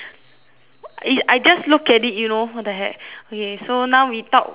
is I just look it you know what the heck okay so now we talk which one